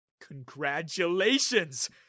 Congratulations